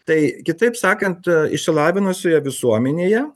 tai kitaip sakant išsilavinusioje visuomenėje